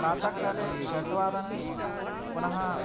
प्रातःकाले षट् वादने पुनः